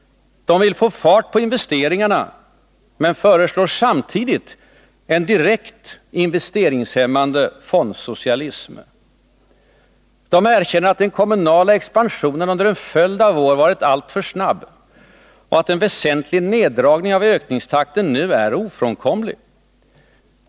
De vill få fart på investeringarna men föreslår samtidigt en direkt investeringshämmande fondsocialism. De erkänner att den kommunala expansionen under en följd av år varit alltför snabb och att en väsentlig neddragning av ökningstakten nu är ofrånkomlig.